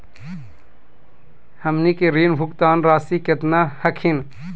हमनी के ऋण भुगतान रासी केतना हखिन?